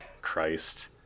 Christ